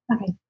Okay